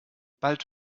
bald